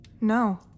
No